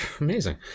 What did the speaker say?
amazing